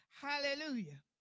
Hallelujah